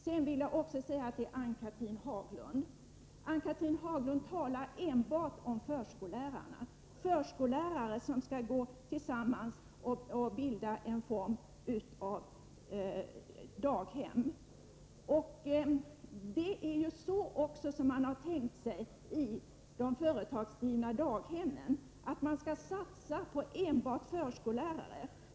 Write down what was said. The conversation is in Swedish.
Ann-Cathrine Haglund talar enbart om förskollärare som skall gå samman och bilda en form av daghem. Det är också så man har tänkt sig de företagsdrivna daghemmen: Man skall satsa på enbart förskollärare.